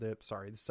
Sorry